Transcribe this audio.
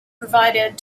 provided